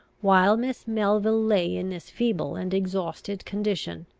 while miss melville lay in this feeble and exhausted condition,